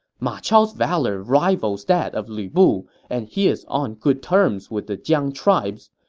ma chao's valor rivals that of lu bu, and he is on good terms with the jiang tribes.